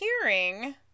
hearing